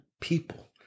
people